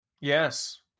Yes